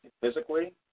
Physically